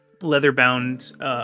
leather-bound